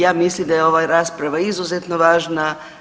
Ja mislim da je ova rasprava izuzetno važna.